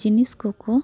ᱡᱤᱱᱤᱥ ᱠᱚ ᱠᱚ